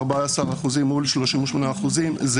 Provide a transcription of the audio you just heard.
14 אחוזים מול 38 אחוזים,